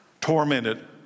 Tormented